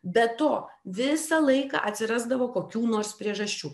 be to visą laiką atsirasdavo kokių nors priežasčių